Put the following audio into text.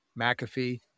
McAfee